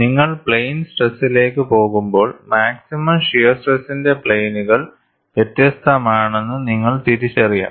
നിങ്ങൾ പ്ലെയിൻ സ്ട്രെസ്സിലേക്ക് പോകുമ്പോൾ മാക്സിമം ഷിയർ സ്ട്രെസിന്റെ പ്ലെയിനുകൾ വ്യത്യസ്തമാണെന്ന് നിങ്ങൾ തിരിച്ചറിയണം